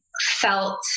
felt